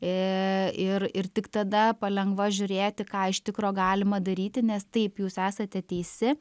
i ir ir tik tada palengva žiūrėti ką iš tikro galima daryti nes taip jūs esate teisi